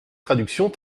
traductions